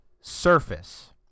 surface